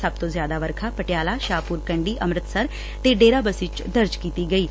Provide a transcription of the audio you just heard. ਸਭ ਤੋਂ ਜ਼ਿਆਦਾ ਵਰਖਾ ਪਟਿਆਲਾ ਸ਼ਾਹਪੁਰ ਕੰਡੀ ਅੰਮ੍ਤਿਤਸਰ ਤੇ ਡੇਰਾਬੱਸੀ ਚ ਦਰਜ ਕੀਤੀ ਗਈ ਏ